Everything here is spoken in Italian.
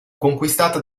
conquistata